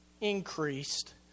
increased